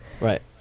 Right